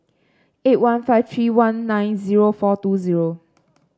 eight one five three one nine zero four two zero